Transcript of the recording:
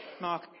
Mark